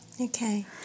okay